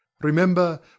Remember